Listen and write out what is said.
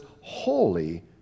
holy